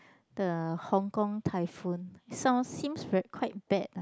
the Hong-Kong typhoon sounds seems very quite bad ah